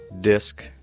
disc